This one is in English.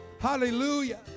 hallelujah